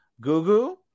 Gugu